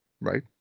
right